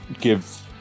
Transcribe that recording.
give